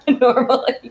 normally